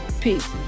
Peace